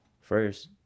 First